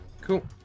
Cool